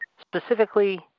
specifically